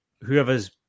whoever's